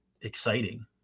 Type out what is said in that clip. exciting